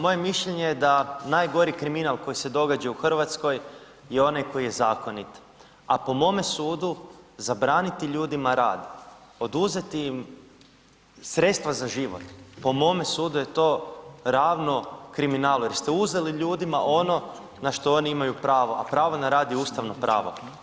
Moje mišljenje je da najgori kriminal koji se događa u Hrvatskoj je onaj koji je zakonit, a po mome sudu zabraniti ljudima rad, oduzeti im sredstva za život po mome sudu je ravno kriminalu jer ste uzeli ljudima ono na što oni imaju pravo, a pravo na rad je ustavno pravo.